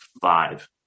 five